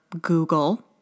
Google